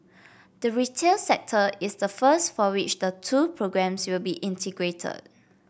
the retail sector is the first for which the two programmes will be integrated